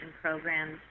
programs